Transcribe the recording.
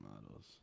models